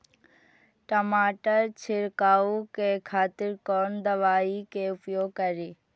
टमाटर छीरकाउ के खातिर कोन दवाई के उपयोग करी?